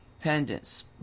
pendants